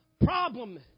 problem